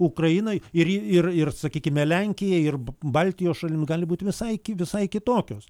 ukrainai ir ir ir sakykime lenkijai ir baltijos šalims gali būti visai visai kitokios